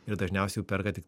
ir dažniausiai jau perka tik